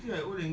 really